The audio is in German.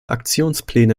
aktionspläne